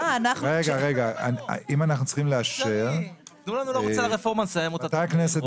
אם אנחנו צריכים לאשר, מתי הכנסת